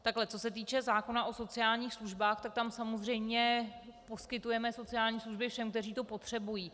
Takto co se týče zákona o sociálních službách, tak tam samozřejmě poskytujeme služby všem, kteří to potřebují.